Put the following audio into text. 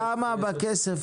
כמה מהכסף